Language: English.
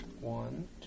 One